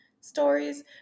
stories